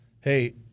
hey